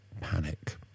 panic